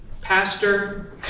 pastor